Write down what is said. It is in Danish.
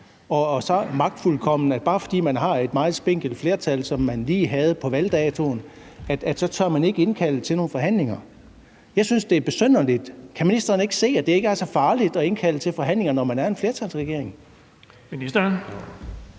og så magtfuldkommen, og at man, bare fordi man har et meget spinkelt flertal, som man lige opnåede på valgdatoen, så ikke tør indkalde til nogen forhandlinger. Jeg synes, det er besynderligt. Kan ministeren ikke se, at det ikke er så farligt at indkalde til forhandlinger, når man er en flertalsregering?